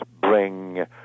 bring